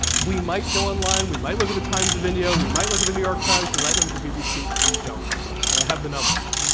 we might go online, we might look at the times of india, we might look at the new york times, we might look at the bbc. you don't, and i have the numbers.